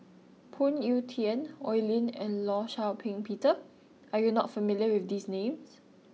Phoon Yew Tien Oi Lin and Law Shau Ping Peter are you not familiar with these names